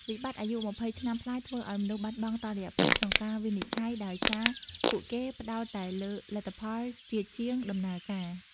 វិបត្តិអាយុ២០ ឆ្នាំប្លាយធ្វើឱ្យមនុស្សបាត់បង់តុល្យភាពក្នុងការវិនិច្ឆ័យ ដោយសារពួកគេផ្ដោតតែលើ "លទ្ធផល" ជាជាង "ដំណើរការ"។